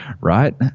Right